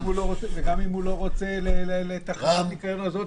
וגם אם הוא לא רוצה את חברת הניקיון הזאת